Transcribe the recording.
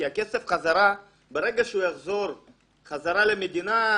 כי ברגע שהכסף יחזור בחזרה למדינה,